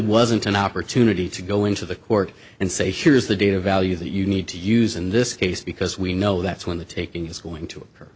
wasn't an opportunity to go into the court and say here's the data value that you need to use in this case because we know that's when the taking is going to occur